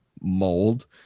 mold